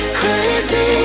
crazy